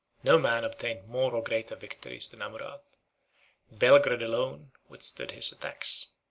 no man obtained more or greater victories than amurath belgrade alone withstood his attacks.